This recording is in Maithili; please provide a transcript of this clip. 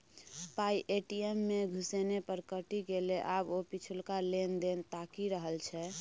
पाय ए.टी.एम मे घुसेने पर कटि गेलै आब ओ पिछलका लेन देन ताकि रहल छै